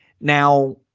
now